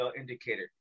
indicator